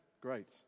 great